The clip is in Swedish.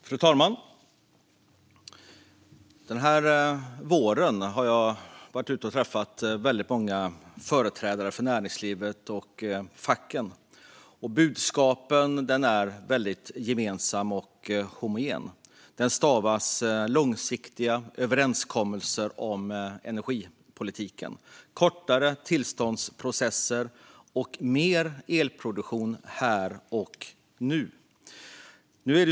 Fru talman! Under våren har jag träffat många företrädare för näringslivet och facken, och budskapen är gemensamma och homogena och stavas långsiktiga överenskommelser om energipolitiken, kortare tillståndsprocesser och mer elproduktion här och nu.